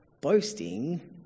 boasting